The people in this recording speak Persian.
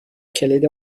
کلید